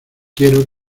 quiero